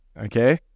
okay